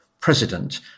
president